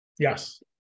Yes